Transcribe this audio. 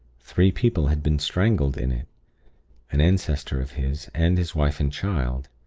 three people had been strangled in it an ancestor of his and his wife and child.